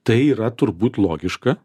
tai yra turbūt logiška